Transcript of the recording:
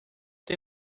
tem